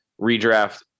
redraft